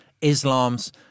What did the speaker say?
Islam's